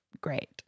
great